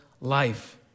life